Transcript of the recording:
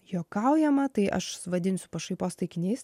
juokaujama tai aš vadinsiu pašaipos taikiniais